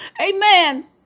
Amen